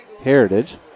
Heritage